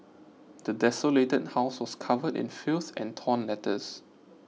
the desolated house was covered in filth and torn letters